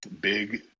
big